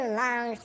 long